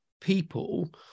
people